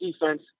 defense